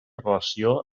relació